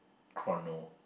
chrono